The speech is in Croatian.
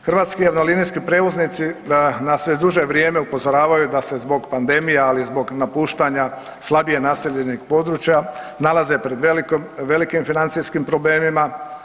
Hrvatski linijski prijevoznici nas već duže vrijeme upozoravaju da se zbog pandemije, ali i zbog napuštanja slabije naseljenih područja nalaze pred velikim financijskim problemima.